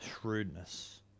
shrewdness